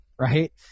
Right